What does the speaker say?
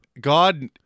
God